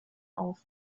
auf